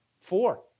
Four